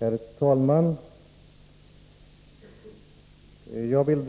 Herr talman! Jag vill